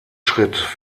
schritt